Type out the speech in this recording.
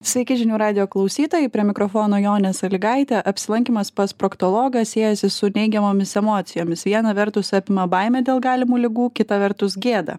sveiki žinių radijo klausytojai prie mikrofono jonė salygaitė apsilankymas pas proktologą siejasi su neigiamomis emocijomis viena vertus apima baimė dėl galimų ligų kita vertus gėda